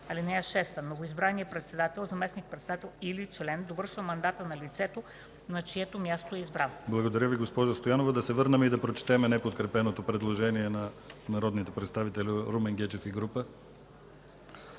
член. (6) Новоизбраният председател, заместник-председател или член довършва мандата на лицето, на чието място е избран”. ПРЕДСЕДАТЕЛ ДИМИТЪР ГЛАВЧЕВ: Благодаря Ви, госпожо Стоянова. Да се върнем и да прочетем неподкрепеното предложение на народния представител Румен Гечев и група